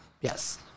Yes